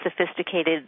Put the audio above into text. sophisticated